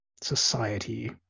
society